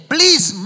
Please